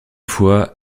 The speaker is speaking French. fois